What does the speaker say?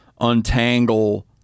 untangle